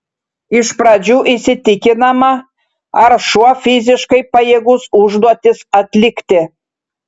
iš pradžių įsitikinama ar šuo fiziškai pajėgus užduotis atlikti